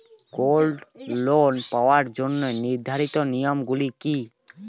Gold loan পাওয়ার জন্য নির্ধারিত নিয়ম গুলি কি?